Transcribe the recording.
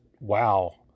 wow